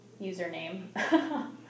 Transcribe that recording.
username